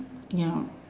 ya